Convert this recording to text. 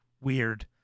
weird